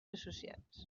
associats